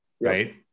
right